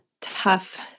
tough